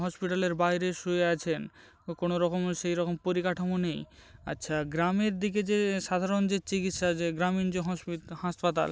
হসপিটালের বাইরে শুয়ে আছেন কোনো রকমে সেই রকম পরিকাঠামো নেই আচ্ছা গ্রামের দিকে যে সাধারণ যে চিকিৎসা যে গ্রামীণ যে হসপি হাসপাতাল